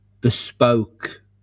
bespoke